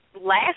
last